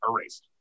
erased